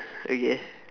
okay